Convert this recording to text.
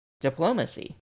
diplomacy